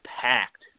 packed